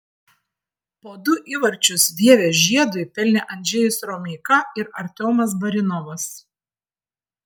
po du įvarčius vievio žiedui pelnė andžejus romeika ir artiomas barinovas